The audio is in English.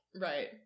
right